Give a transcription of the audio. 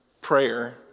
prayer